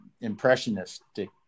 impressionistic